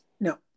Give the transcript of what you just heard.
no